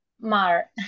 Mar